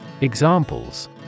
Examples